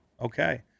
Okay